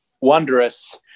wondrous